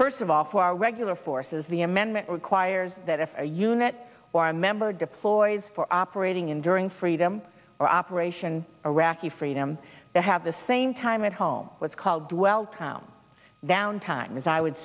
first of all for our regular forces the amendment requires that if a unit or a member deploys for operating enduring freedom or operation iraqi freedom to have the same time at home what's called dwell town valentine is i would